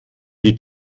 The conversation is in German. die